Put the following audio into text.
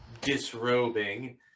disrobing